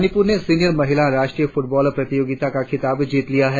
मणिप्र ने सीनियर महिला राष्ट्रीय फ्रटबॉल प्रतियोगिता का खिताब जीत लिया है